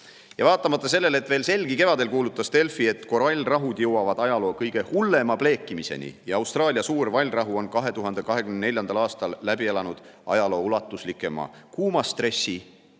Ja vaatamata sellele, et veel selgi kevadel kuulutas Delfi, et korallrahud jõuavad ajaloo kõige hullema pleekimiseni ja Austraalia Suur Vallrahu on 2024. aastal läbi elanud ajaloo ulatuslikema kuumastressi,